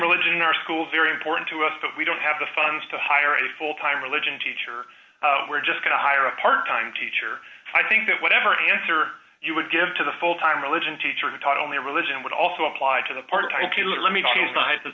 religion in our school very important to us but we don't have the funds to hire a full time religion teacher we're just going to hire a part time teacher i think that whatever answer you would give to the full time religion teacher who taught only religion would also apply to the